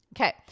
Okay